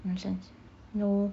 nonsense no